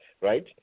right